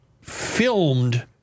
filmed